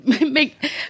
make –